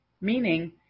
meaning